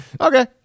Okay